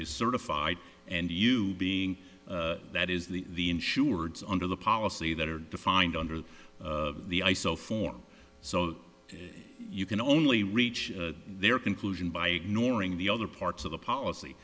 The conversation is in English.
is certified and you being that is the insurance under the policy that are defined under the ice so form so you can only reach their conclusion by ignoring the other parts of the policy